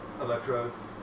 electrodes